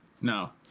No